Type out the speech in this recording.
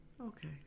Okay